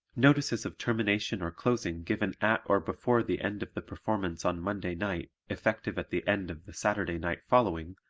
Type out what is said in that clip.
notices of termination or closing given at or before the end of the performance on monday night effective at the end of the saturday night following,